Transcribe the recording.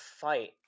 fight